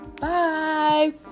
bye